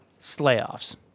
slayoffs